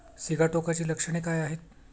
सिगाटोकाची लक्षणे काय आहेत?